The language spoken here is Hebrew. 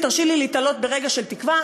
ותרשי לי להיתלות ברגע של תקווה.